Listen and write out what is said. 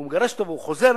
הוא מגרש אותו והוא חוזר,